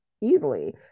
easily